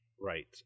right